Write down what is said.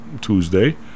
Tuesday